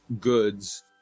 goods